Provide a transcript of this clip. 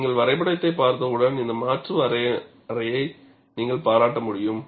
நீங்கள் வரைபடத்தைப் பார்த்தவுடன் இந்த மாற்று வரையறையை நீங்கள் பாராட்ட முடியும்